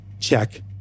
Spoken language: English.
check